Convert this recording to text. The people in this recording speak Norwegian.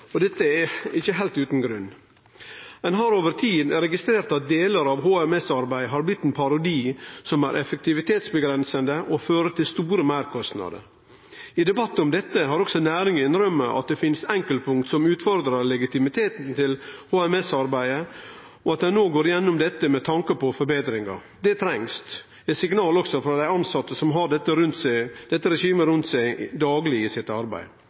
og dette er ikkje heilt utan grunn. Ein har over tid registrert at delar av HMS-arbeidet har blitt ein parodi som er effektivitetsavgrensande og fører til store meirkostnader. I debattar om dette har også næringa innrømt at det finst enkeltpunkt som utfordrar legitimiteten til HMS-arbeidet, og at ein no går gjennom dette med tanke på forbetringar. Det trengst. Det er signalet også frå dei tilsette som har dette regimet rundt seg dagleg i arbeidet sitt.